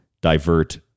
divert